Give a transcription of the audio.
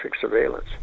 surveillance